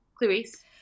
Clarice